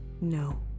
No